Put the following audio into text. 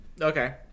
Okay